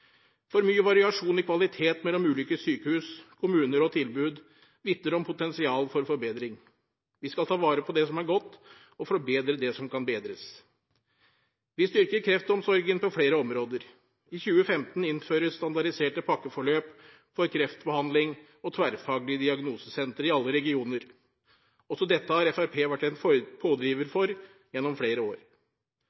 For mye variasjon i kvalitet mellom ulike sykehus, kommuner og tilbud vitner om potensial for forbedring. Vi skal ta vare på det som er godt og forbedre det som kan bedres. Vi styrker kreftomsorgen på flere områder. I 2015 innføres standardiserte pakkeforløp for kreftbehandling og tverrfaglige diagnosesentre i alle regioner. Også dette har Fremskrittspartiet vært en pådriver for